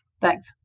Thanks